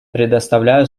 предоставляю